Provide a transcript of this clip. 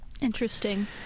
Interesting